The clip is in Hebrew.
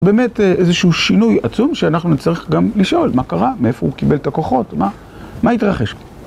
באמת איזשהו שינוי עצום שאנחנו נצטרך גם לשאול מה קרה? מאיפה הוא קיבל את הכוחות? מה התרחש?